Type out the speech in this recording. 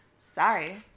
Sorry